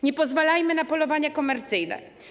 Nie pozwalajmy na polowania komercyjne.